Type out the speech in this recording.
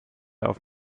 auf